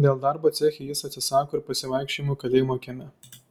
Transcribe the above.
dėl darbo ceche jis atsisako ir pasivaikščiojimų kalėjimo kieme